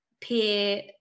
peer